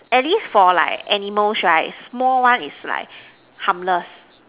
at least for like animals right small one is like harmless